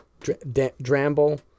Dramble